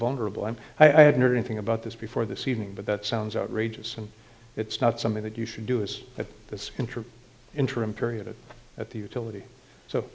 vulnerable and i hadn't heard anything about this before this evening but that sounds outrageous and it's not something that you should do is that this interim interim period at the utility so